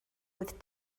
with